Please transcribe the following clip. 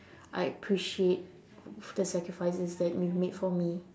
I appreciate the sacrifices that you made for me